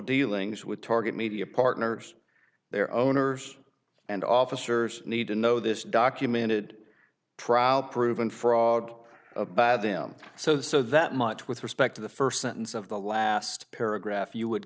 dealings with target media partners their owners and officers need to know this documented trial proven frog a by them so that much with respect to the first sentence of the last paragraph you would